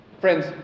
Friends